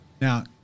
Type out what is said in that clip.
Now